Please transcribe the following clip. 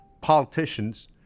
politicians